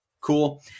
Cool